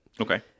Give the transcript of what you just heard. Okay